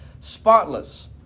Spotless